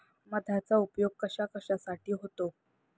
मधाचा उपयोग कशाकशासाठी होतो?